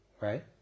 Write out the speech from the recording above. Right